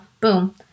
boom